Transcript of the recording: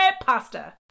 Pasta